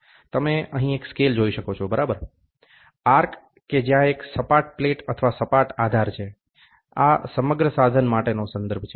તમે અહીં એક સ્કેલ જોઈ શકો છો બરાબર આર્કચાપ કે જ્યાં એક સપાટ પ્લેટ અથવા સપાટ આધાર છે આ સમગ્ર સાધન માટેનો સંદર્ભ છે